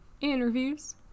interviews